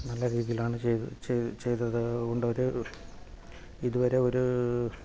നല്ല രീതിയിൽ ആണ് ചെയ്യ് ചെയ്തത് അതു കൊണ്ട് അവർ ഇതുവരെ ഒരു